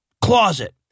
closet